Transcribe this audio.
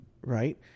Right